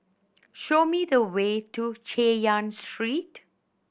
show me the way to Chay Yan Street